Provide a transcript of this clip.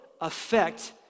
affect